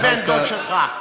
בבן-דוד שלך.